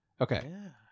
Okay